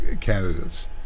candidates